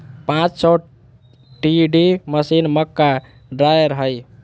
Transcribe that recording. पांच सौ TD machine, मक्का ड्रायर हइ